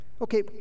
Okay